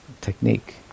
technique